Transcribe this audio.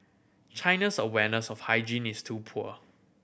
China's awareness of hygiene's too poor